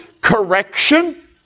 correction